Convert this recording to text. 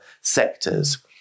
sectors